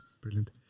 brilliant